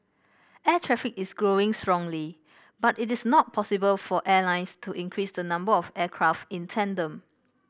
air traffic is growing strongly but it is not possible for airlines to increase the number of aircraft in tandem